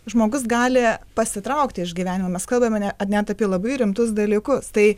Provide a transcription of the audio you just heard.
žmogus gali pasitraukti iš gyvenimo mes kalbame ne net apie labai rimtus dalykus tai